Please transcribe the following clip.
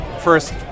first